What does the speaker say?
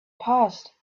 past